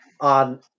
on